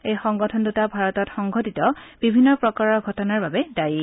এই সংগঠন দূটা ভাৰতত সংঘটিত বিভিন্ন প্ৰকাৰৰ ঘটনাৰ বাবে দায়ী